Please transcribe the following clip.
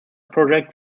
project